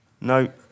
No